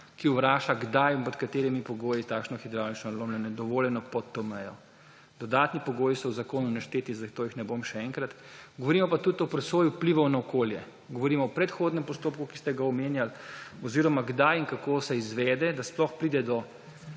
ki vnaša, kdaj in pod katerimi pogoji takšno hidravlično je dovoljeno pod to mejo. Dodatni pogoji so v zakonu našteti, zato jih ne bom še enkrat. Govorimo pa tudi o presoji vplivov na okolje. Govorimo o predhodnem postopku, ki ste ga omenjali, oziroma kdaj in kako se izvede, da sploh pride do